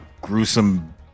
gruesome